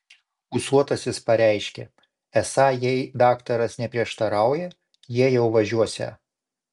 ūsuotasis pareiškė esą jei daktaras neprieštarauja jie jau važiuosią